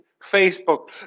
Facebook